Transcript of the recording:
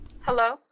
hello